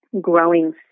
growing